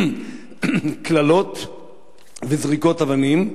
קללות וזריקות אבנים.